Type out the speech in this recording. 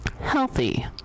healthy